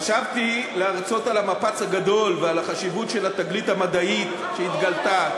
חשבתי להרצות על המפץ הגדול ועל החשיבות של התגלית המדעית שהתגלתה,